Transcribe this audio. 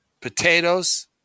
potatoes